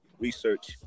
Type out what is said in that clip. research